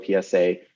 PSA